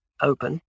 open